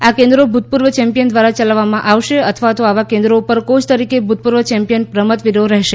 આ કેન્દ્રો ભુતપૂર્વ યેન્પિયન દ્વારા યલાવવામાં આવશે અથવા તો આવા કેન્દ્રો ઉપર કોય તરીકે ભુતપૂર્વ ચેમ્પિયન રમતવીરો રહેશે